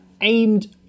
aimed